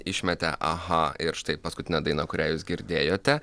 išmetė aha ir štai paskutinė daina kurią jūs girdėjote